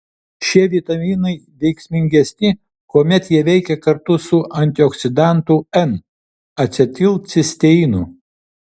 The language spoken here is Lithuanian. šie vitaminai veiksmingesni kuomet jie veikia kartu su antioksidantu n acetilcisteinu